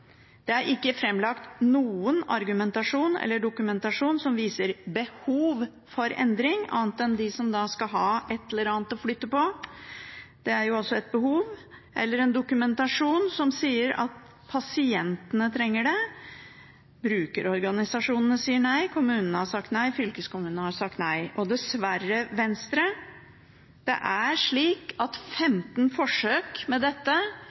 Det er ikke framlagt noen argumentasjon eller dokumentasjon som viser behov for endring, annet enn at noen skal ha et eller annet å flytte – det er jo også et behov – eller en dokumentasjon som sier at pasientene trenger det. Brukerorganisasjonene sier nei, kommunene har sagt nei, fylkeskommunene har sagt nei. Og dessverre, Venstre: 15 forsøk med dette